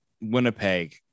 Winnipeg